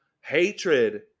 hatred